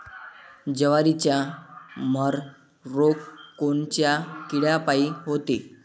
जवारीवरचा मर रोग कोनच्या किड्यापायी होते?